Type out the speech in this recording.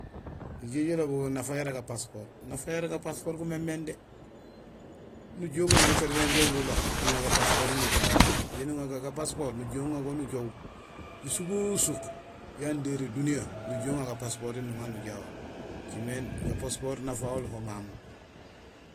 Nijoow ijé lobul nafa yara ga passeport; nafa yara ga passeport émémééŋ dé, nujuhé ubaaj ga carte d'identité guló, nuŋa ga passeport ri nujahoor. Ga passeport nujuhé uŋa go nujoow ésugo suk yan déré duniyee; nujuhé uŋa ga passeport ri nujahoor; écimé ga passeport nafahol ho mamu.